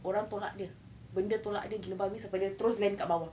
orang tolak dia benda tolak dia gila babi sampai dia terus land dekat bawah